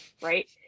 right